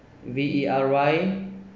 V E R Y